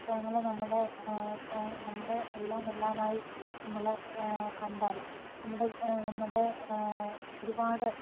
പുസ്തകങ്ങൾ നമ്മുടെ നമ്മുടെ എല്ലാം എല്ലാമായി നമ്മള് കണ്ടാൽ നമ്മുടെ നമ്മുടെ ഒരുപാട്